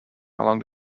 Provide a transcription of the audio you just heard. along